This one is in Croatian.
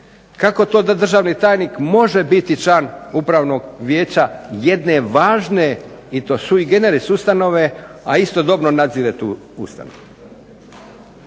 kako to da državni tajnik može biti član upravnog vijeća jedne važne i to sui generis ustanove, a istodobno nadzire tu ustanovu?